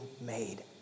made